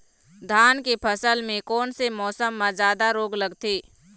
धान के फसल मे कोन से मौसम मे जादा रोग लगथे?